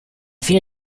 fine